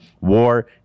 war